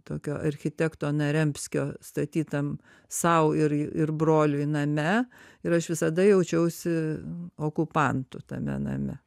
tokio architekto narempskio statytam sau ir ir ir broliui name ir aš visada jaučiausi okupantu tame name